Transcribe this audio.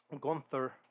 Gunther